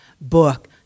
book